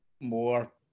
more